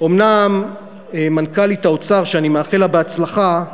אומנם מנכ"לית האוצר, שאני מאחל לך הצלחה,